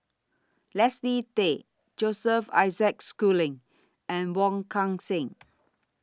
Leslie Tay Joseph Isaac Schooling and Wong Kan Seng